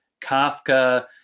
Kafka